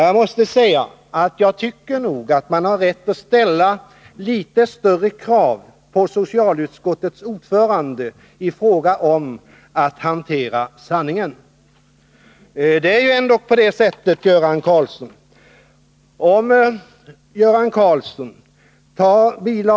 Jag måste säga att jag tycker att man har rätt att ställa litet högre krav i fråga om sanningsenlighet när det gäller socialutskottets ordförande. Om Göran Karlsson tar fram budgetpropositionens bil.